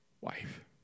wife